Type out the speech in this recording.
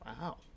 Wow